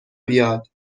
بیاد